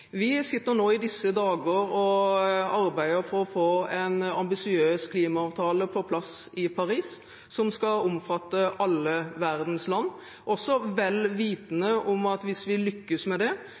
Vi sitter nå i disse dager og arbeider for å få en ambisiøs klimaavtale på plass i Paris som skal omfatte alle verdens land, vel vitende om at hvis vi lykkes med det,